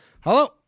hello